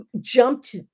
jumped